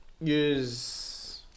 use